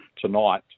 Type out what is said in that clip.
tonight